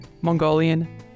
Mongolian